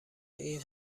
این